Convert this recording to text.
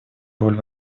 роль